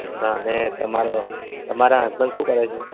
ને તમારો તમારા હસબન્ડ શું કરે છે